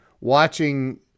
watching